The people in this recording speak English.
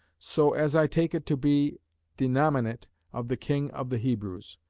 so as i take it to be denominate of the king of the hebrews,